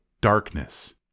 darkness